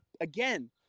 again